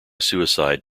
suicide